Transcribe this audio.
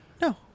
No